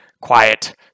quiet